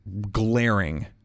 glaring